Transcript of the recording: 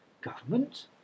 Government